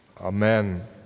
Amen